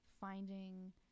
finding